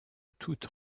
toute